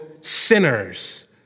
sinners